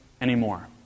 anymore